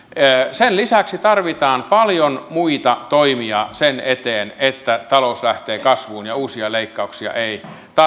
sen lisäksi tarvitaan paljon muita toimia sen eteen että talous lähtee kasvuun ja uusia leikkauksia ei tarvita